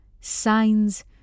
signs